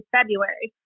February